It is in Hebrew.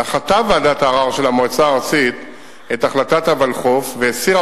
דחתה ועדת הערר של המועצה הארצית את החלטת הוולחו"ף והסירה